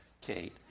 Kate